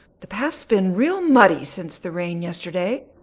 the path's been real muddy since the rain yesterday.